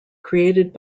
created